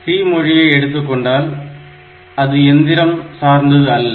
C மொழியை எடுத்துக்கொண்டால் அது எந்திரம் சார்ந்தது அல்ல